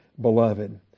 beloved